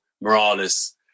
morales